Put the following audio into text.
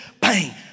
bang